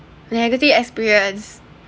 negative experience